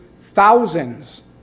thousands